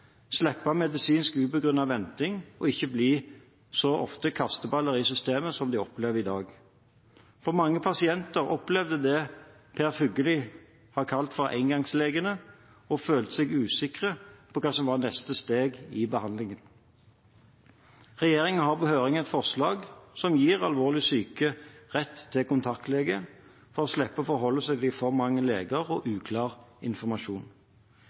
slippe medisinsk ubegrunnet venting og ikke så ofte bli kasteballer i systemet som de opplever i dag. For mange pasienter opplever det Per Fugelli har kalt «engangslegene», og føler seg usikre på hva som er neste steg i behandlingen. Regjeringen har på høring et forslag som gir alvorlig syke rett til kontaktlege for å slippe å forholde seg til for mange leger og uklar informasjon.